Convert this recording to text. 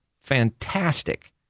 fantastic